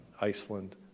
Iceland